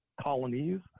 colonies